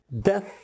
Death